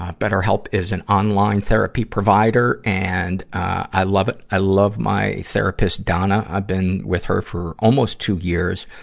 ah betterhelp is an online therapy provider, and, ah, i love it. i love my therapist, donna. i've been with her for almost two years.